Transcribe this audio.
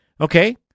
Okay